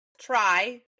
try